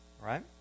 right